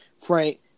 Frank